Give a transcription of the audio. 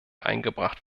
eingebracht